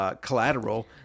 Collateral